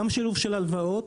גם שילוב של הלוואות